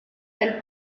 elle